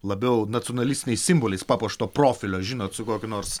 labiau nacionalistiniais simboliais papuošto profilio žinot su kokiu nors